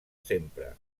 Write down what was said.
sempre